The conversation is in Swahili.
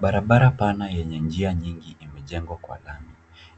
Babara pana yenye njia nyingi imejengwa kwa lami